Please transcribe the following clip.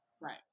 Right